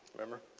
remember?